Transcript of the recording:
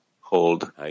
hold